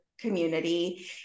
Community